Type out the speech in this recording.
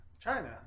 China